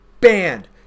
Banned